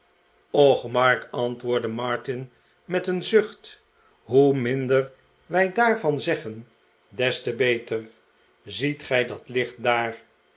mark antwoordde martin met een zucht hoe minder wij daarvan zeggen des te beter ziet gij dat licht daar